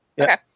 Okay